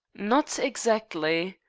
not exactly.